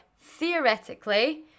theoretically